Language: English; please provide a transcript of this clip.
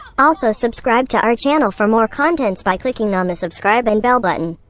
also subscribe to our channel for more contents by clicking on the subscribe and bell button.